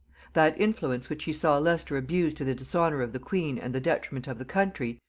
that influence which he saw leicester abuse to the dishonor of the queen and the detriment of the country,